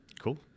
Cool